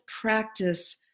practice